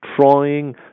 trying